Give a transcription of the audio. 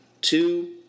two